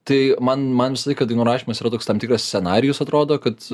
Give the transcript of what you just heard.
tai man man visą laiką dainų rašymas yra toks tam tikras scenarijus atrodo kad